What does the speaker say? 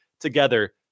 together